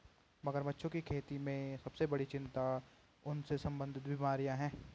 मगरमच्छों की खेती में सबसे बड़ी चिंता उनसे संबंधित बीमारियां हैं?